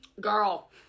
girl